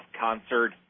concert